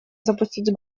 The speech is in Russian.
запустить